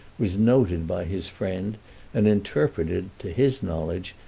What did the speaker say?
was noted by his friend and interpreted, to his knowledge,